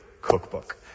cookbook